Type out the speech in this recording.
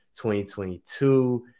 2022